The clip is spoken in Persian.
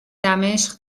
دمشق